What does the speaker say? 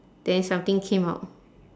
then something came up